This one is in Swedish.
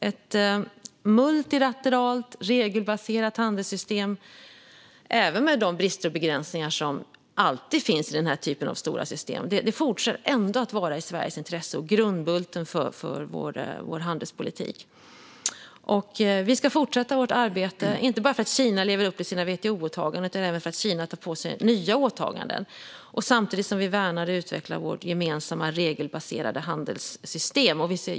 Ett multilateralt, regelbaserat handelssystem, även med de brister och begränsningar som alltid finns i denna typ av stora system, fortsätter att vara i Sveriges intresse och att vara grundbulten för vår handelspolitik. Vi ska fortsätta vårt arbete, inte bara för att Kina ska leva upp till sina WTO-åtaganden utan även för att Kina ska ta på sig nya åtaganden, samtidigt som vi värnar och utvecklar vårt gemensamma regelbaserade handelssystem.